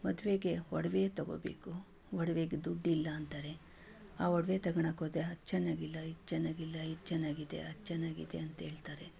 ಮದುವೆಗೆ ಒಡವೆ ತೊಗೊಳ್ಬೇಕು ಒಡವೆಗೆ ದುಡ್ಡಿಲ್ಲ ಅಂತಾರೆ ಆ ಒಡವೆ ತಗೊಳ್ಳೋಕೋದ್ರೆ ಅದು ಚೆನ್ನಾಗಿಲ್ಲ ಇದು ಚೆನ್ನಾಗಿಲ್ಲ ಇದು ಚೆನ್ನಾಗಿದೆ ಅದು ಚೆನ್ನಾಗಿದೆ ಅಂಥೇಳ್ತಾರೆ